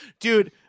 Dude